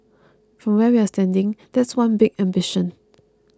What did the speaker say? from where we're standing that is one big ambition